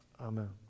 Amen